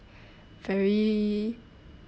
very